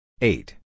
Eight